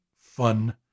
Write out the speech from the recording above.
fun